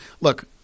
Look